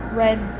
red